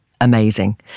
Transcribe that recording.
amazing